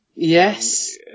Yes